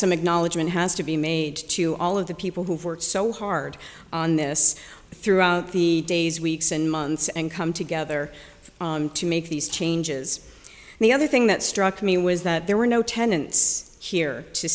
some acknowledgment has to be made to all of the people who've worked so hard on this throughout the days weeks and months and come together to make these changes and the other thing that struck me was that there were no tenants here to